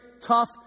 tough